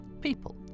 People